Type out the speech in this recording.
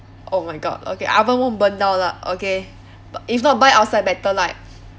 oh my god okay oven won't burn down lah okay if not by outside better like